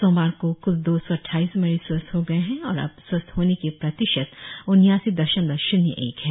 सोमवार को कुल दो सौ अद्वाइस मरीज स्वस्थ हो गए है और अब स्वस्थ होने की प्रतिशत उन्यासी दशमलव श्न्य एक है